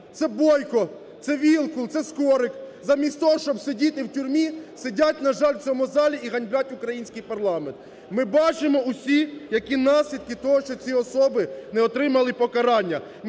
це Бойко, це Вілкул, це Скорик – замість того, щоб сидіти у тюрмі, сидять, на жаль, у цьому залі і ганьблять український парламент. Ми бачимо усі, які наслідки того, що ці особи не отримали покарання.